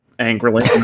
Angrily